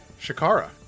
Shakara